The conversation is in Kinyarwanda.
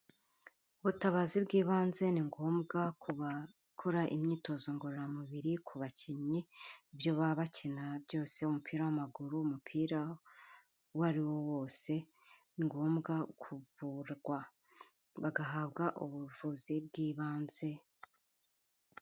Ubutabazi bw'ibanze ni ngombwa ku bakora imyitozo ngororamubiri, ku bakinnyi ibyo baba bakina byose, umupira w'amaguru, umupira uwo ari wo wose, ni ngombwa kuvurwa bagahabwa ubuvuzi bw'ibanze.